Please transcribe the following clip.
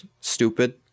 stupid